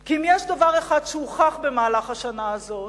כי אם יש דבר אחד שהוכח במהלך השנה הזאת,